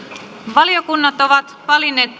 valiokunnat ovat valinneet